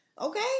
Okay